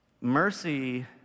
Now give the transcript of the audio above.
Mercy